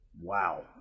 wow